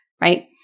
right